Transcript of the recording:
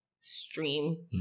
stream